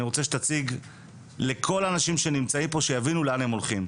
אני רוצה שתציג לאנשים שנמצאים פה כדי שהם יבינו לאן הם הולכים.